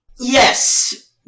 Yes